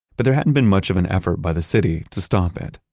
but there hadn't been much of an effort by the city to stop it.